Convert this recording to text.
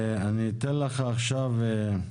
אני אתן לך עכשיו, יורי,